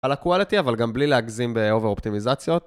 על הקואליטי אבל גם בלי להגזים באובר אופטימיזציות